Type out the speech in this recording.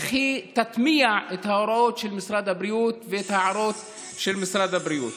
איך היא תטמיע את ההוראות של משרד הבריאות ואת ההערות של משרד הבריאות.